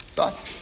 Thoughts